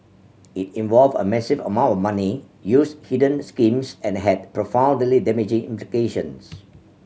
it involved a massive amount of money used hidden schemes and had profoundly damaging implications